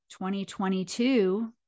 2022